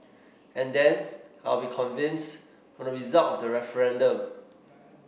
and then I will be convinced from the result of that referendum